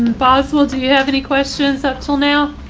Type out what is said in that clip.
boswell. do you have any questions up till now?